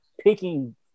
picking